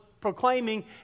proclaiming